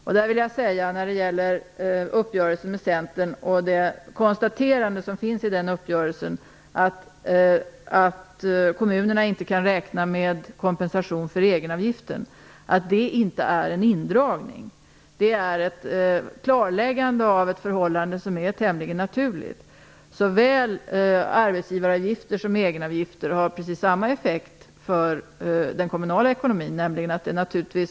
Att kommunerna inte kan räkna med kompensation för egenavgiften - vilket är ett konstaterande som finns i uppgörelsen med Centern - handlar inte om en indragning. Det är ett klarläggande av ett förhållande som är tämligen naturligt. Såväl arbetsgivaravgifter som egenavgifter har precis samma effekt för den kommunala ekonomin.